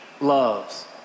loves